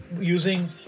using